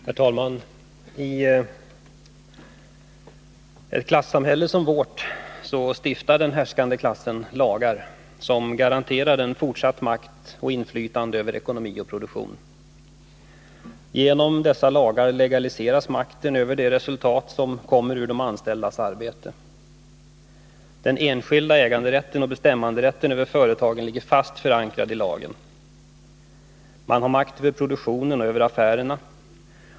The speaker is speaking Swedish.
Herr talman! I ett klassamhälle som vårt stiftar den härskande klassen lagar som garanterar den fortsatt makt och inflytande över ekonomi och produktion. Genom dessa lagar legaliseras makten över det resultat som kommer ur de anställdas arbete. Den enskilda äganderätten och bestämmanderätten över företagen är fast förankrad i lagen. Man har makt över produktionen och över affärerna.